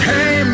Hey